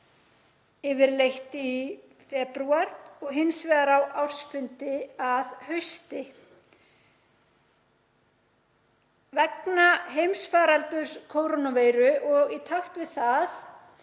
yfirleitt í febrúar, og hins vegar á ársfundi að hausti. Vegna heimsfaraldurs kórónuveiru og í takt við það